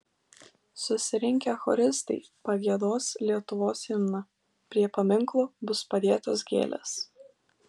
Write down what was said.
susirinkę choristai pagiedos lietuvos himną prie paminklo bus padėtos gėlės